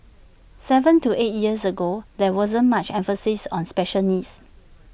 Seven to eight years ago there wasn't much emphasis on special needs